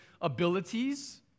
abilities